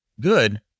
Good